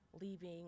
leaving